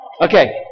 Okay